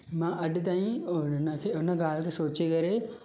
मां अॼु ताईं उन ॻाल्हि खे सोचे करे